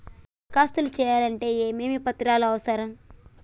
దరఖాస్తు చేయాలంటే ఏమేమి పత్రాలు అవసరం?